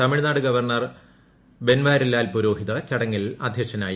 Tamil Nadu governor Banwarilal Purohit ചടങ്ങിൽ അദ്ധ്യക്ഷനായി